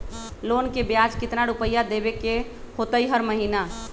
Loan के ब्याज कितना रुपैया देबे के होतइ हर महिना?